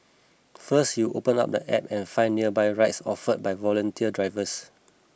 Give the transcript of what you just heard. first you open up the app and find nearby rides offered by volunteer drivers